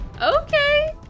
Okay